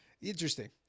interesting